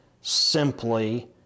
simply